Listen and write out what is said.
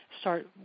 start